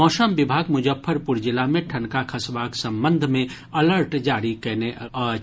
मौसम विभाग मुजफ्फरपुर जिला मे ठनका खसबाक संबंध मे अलर्ट जारी कयने अछि